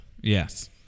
Yes